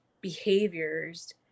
behaviors